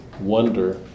wonder